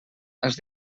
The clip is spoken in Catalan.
els